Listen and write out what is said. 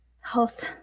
health